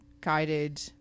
guided